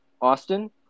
Austin